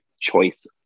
choice